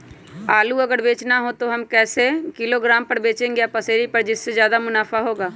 आलू अगर बेचना हो तो हम उससे किलोग्राम पर बचेंगे या पसेरी पर जिससे ज्यादा मुनाफा होगा?